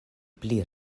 pli